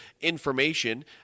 information